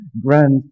grant